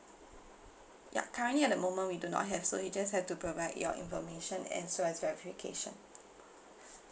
ya currently at the moment we do not have so you'll just have to provide your information and so as verification